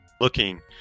looking